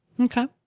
okay